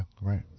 right